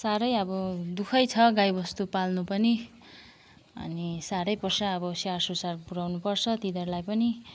साह्रै अब दुखै छ गाई बस्तु पाल्नु पनि अनि साह्रै पर्छ अब स्याहार सुसार पुऱ्याउनु पर्छ तिनीहरूलाई पनि